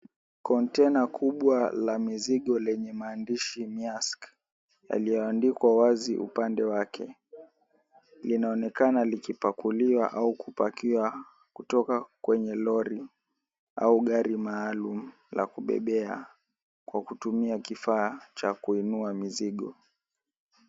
Konteina kubwa la mizigo lenye maandishi, Meask yalioandikwa wazi upande wake linaonekana likipakuliwa au kupakiwa kutoka kwenye lori au gari maalum la kubebea kwa kutumia kifaa cha kuinua mizigo.